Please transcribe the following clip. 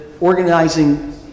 organizing